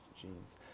jeans